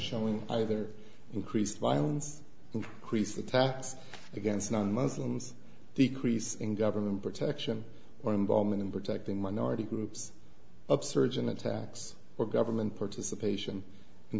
showing either increased violence increases attacks against non muslims decrease in government protection or involvement in protecting minority groups upsurge in attacks or government participation in